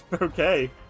Okay